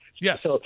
Yes